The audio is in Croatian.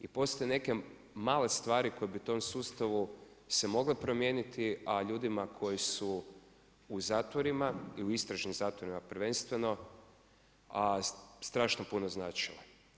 I postoje neke male stvari koje bi tom sustavu se mogle promijeniti, a ljudima koji su u zatvorima i u istražnim zatvorima prvenstveno, a strašno puno značile.